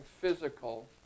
physical